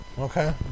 Okay